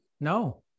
No